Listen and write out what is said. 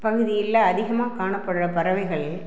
பகுதியில் அதிகமாக காணப்படுகிற பறவைகள்